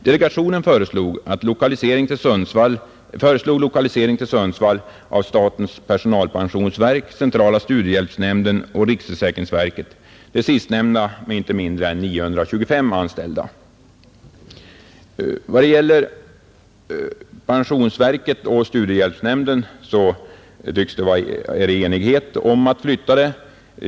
Delegationen föreslog lokalisering till Sundsvall av statens personalpensionsverk, centrala studiehjälpsnämnden och riksförsäkringsverket — det sistnämnda med inte mindre än 925 anställda. Vad gäller personalpensionsverket och centrala studiehjälpsnämnden tycks det nästan råda enighet om flyttningen.